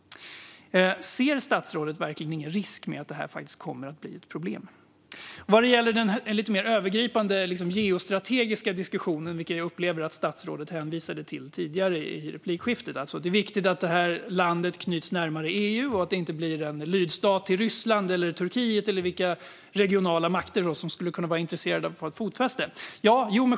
Ser statsrådet verkligen ingen risk för att detta faktiskt kommer att bli ett problem? Jag upplevde att statsrådet tidigare i debatten hänvisade till den lite mer övergripande geostrategiska diskussionen och till att det är viktigt att detta land knyts närmare EU och inte blir en lydstat till Ryssland, Turkiet eller vilka regionala makter som nu skulle kunna vara intresserade av att ha fotfäste där.